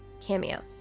cameo